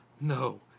no